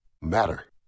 matter